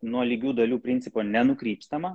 nuo lygių dalių principo nenukrypstama